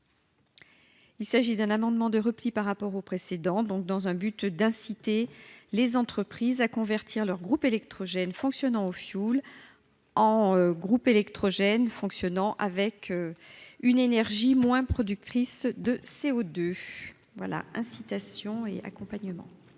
Il s'agit d'un amendement de repli par rapport au précédent donc dans un but d'inciter les entreprises à convertir leurs groupes électrogènes fonctionnant au fioul en groupes électrogènes fonctionnant avec une énergie moins productrice de CO2 voilà incitation et accompagnement.